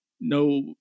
no